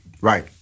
Right